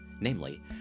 Namely